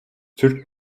türk